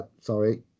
sorry